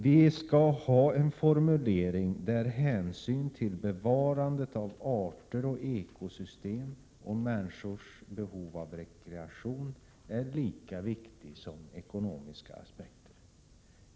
Vi skall ha en formulering som visar att hänsyn till såväl bevarandet av arter och ekosystem som människors behov av rekreation är lika viktiga faktorer som ekonomiska aspekter.